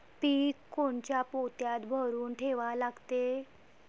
पीक कोनच्या पोत्यात भरून ठेवा लागते?